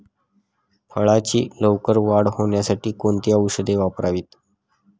फळाची लवकर वाढ होण्यासाठी कोणती औषधे वापरावीत?